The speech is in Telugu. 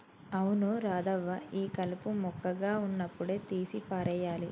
అవును రాధవ్వ ఈ కలుపు మొక్కగా ఉన్నప్పుడే తీసి పారేయాలి